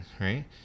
right